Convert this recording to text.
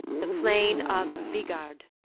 the plain of vigard,